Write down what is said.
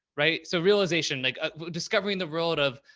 right. so realization like discovering the world of,